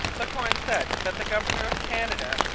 la corne said that the governor of canada,